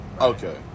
Okay